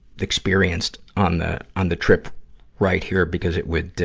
experienced on the, on the trip right here because it would,